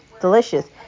Delicious